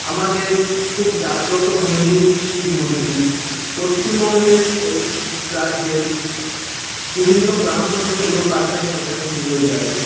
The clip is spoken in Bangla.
আমাদের খুব জাগ্রত মন্দির শিব মন্দির পশ্চিমবঙ্গের এল রাজ্যের বিভিন্ন প্রান্ত থেকে লোক আসেন এখানে পুজো দেয়ার জন্য